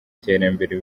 iterambere